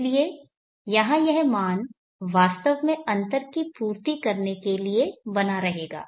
इसलिए यहां यह मान वास्तव में अंतर की पूर्ती करने के लिए बना रहेगा